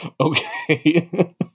Okay